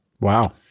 Wow